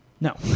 No